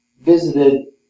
visited